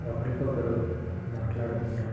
ఒకరికొకరు మాట్లాడుకుంటారు